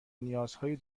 نیازهای